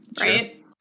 right